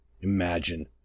Imagine